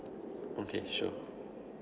okay sure